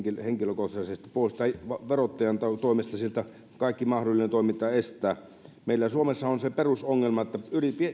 henkilökohtaisesti pois tai verottajan toimesta sieltä kaikki mahdollinen toiminta estää meillä suomessahan on se perusongelma että